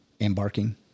embarking